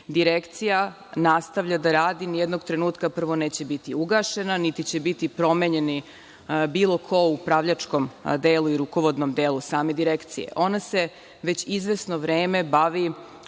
Direkcija nastavlja da radi. Nijednog trenutka neće biti ugašena, niti će biti promenjen bilo ko u upravljačkom i rukovodnom delu same Direkcije. Ona se već izvesno vreme bavi